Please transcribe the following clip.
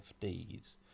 FDs